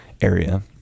area